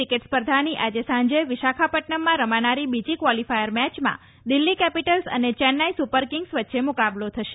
cricket સ્પર્ધાની આજે સાંજે વિશાખાપદ્દનમમાં રમાનારી બીજી ક્વાલીફાયર મેચમાં દિલ્હી કેપીટલ્સ અને ચેન્નાઈ સુપર કિંગ્સ વચ્ચે મુકાબલો થશે